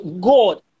God